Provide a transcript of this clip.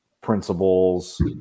principles